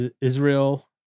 Israel